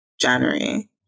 January